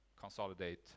consolidate